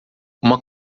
uma